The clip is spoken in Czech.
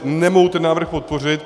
Nemohu ten návrh podpořit.